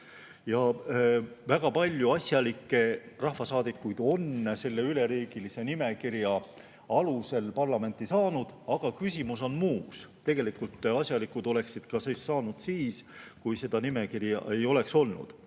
Väga palju asjalikke rahvasaadikuid on selle üleriigilise nimekirja alusel parlamenti saanud, aga küsimus on muus. Asjalikud oleksid saanud ka siis, kui seda nimekirja ei oleks olnud.